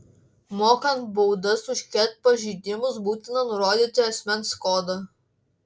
mokant baudas už ket pažeidimus būtina nurodyti asmens kodą